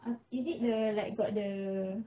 ah is it the like got the